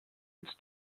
its